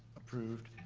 approved.